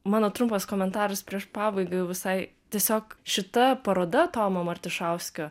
mano trumpas komentaras prieš pabaigą jau visai tiesiog šita paroda tomo martišauskio